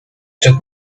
took